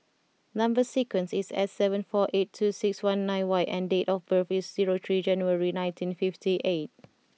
number sequence is S seven four eight two six one nine Y and date of birth is zero three January nineteen fifty eight